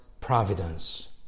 providence